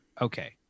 Okay